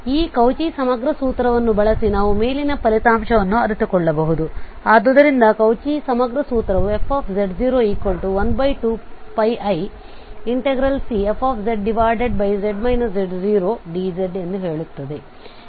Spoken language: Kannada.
ಆದ್ದರಿಂದ ಈ ಕೌಚಿ ಸಮಗ್ರ ಸೂತ್ರವನ್ನು ಬಳಸಿ ನಾವು ಮೇಲಿನ ಫಲಿತಾಂಶವನ್ನು ಅರಿತುಕೊಳ್ಳಬಹುದು ಆದ್ದರಿಂದ ಕೌಚಿ ಸಮಗ್ರ ಸೂತ್ರವು fz012πiCfz z0dz ಎಂದು ಹೇಳುತ್ತದೆ